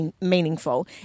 meaningful